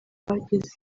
bagize